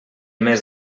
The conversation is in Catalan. mes